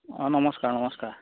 অঁ নমস্কাৰ নমস্কাৰ